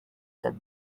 said